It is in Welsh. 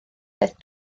daeth